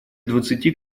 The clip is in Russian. двадцати